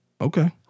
Okay